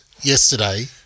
yesterday